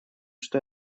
что